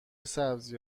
سبزی